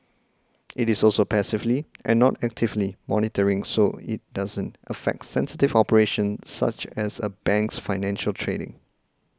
it is also passively and not actively monitoring so it doesn't affect sensitive operations such as a bank's financial trading